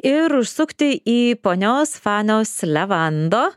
ir užsukti į ponios fanios levando